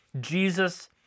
Jesus